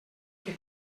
que